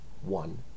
one